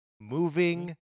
Moving